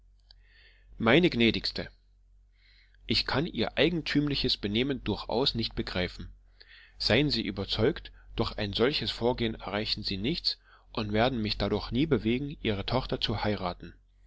meine gnädigste ich kann ihr eigentümliches benehmen durchaus nicht begreifen seien sie überzeugt durch ein solches vorgehen erreichen sie nichts und werden mich dadurch nie bewegen ihre tochter zu heiraten